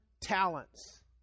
talents